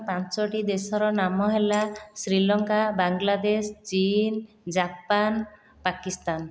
ପାଞ୍ଚୋଟି ଦେଶର ନାମ ହେଲା ଶ୍ରୀଲଙ୍କା ବାଂଲାଦେଶ ଚୀନ ଜାପାନ ପାକିସ୍ତାନ